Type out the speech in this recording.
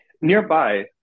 Nearby